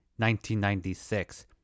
1996